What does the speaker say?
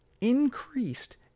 increased